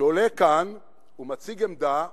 שעולה כאן ומציג עמדה,